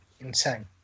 Insane